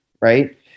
right